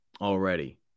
already